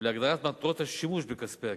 ולהגדרת מטרות השימוש בכספי הקרן.